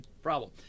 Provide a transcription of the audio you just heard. problem